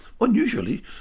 Unusually